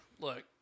look